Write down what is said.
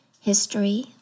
history